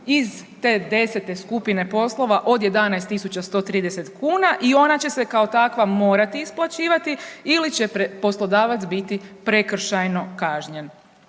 iz te 10-te skupine poslova od 11.130 kuna i ona će se kao takva morati isplaćivati ili će poslodavac biti prekršajno kažnjen.